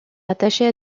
rattachée